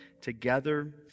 together